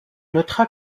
notera